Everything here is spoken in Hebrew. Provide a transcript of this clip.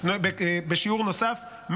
וכך הורדנו בשיעור נוסף,